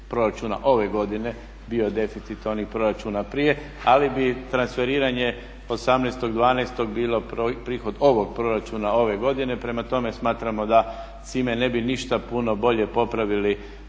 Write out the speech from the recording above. ove godine, bio deficit onih proračuna prije, ali bi transferiranje 18.12. bilo prihod ovog proračuna ove godine. Prema tome, smatramo da s time ne bi ništa puno bolje popravili